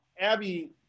Abby